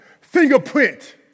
fingerprint